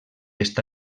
està